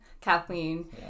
Kathleen